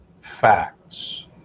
facts